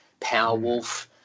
Powerwolf